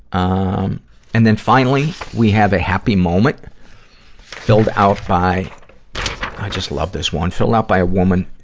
um and then, finally, we have a happy moment filled out by i just love this one filled out by a woman,